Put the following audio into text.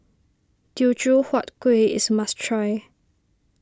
Teochew Huat Kueh is must try